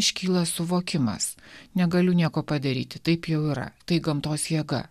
iškyla suvokimas negaliu nieko padaryti taip jau yra tai gamtos jėga